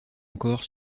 encore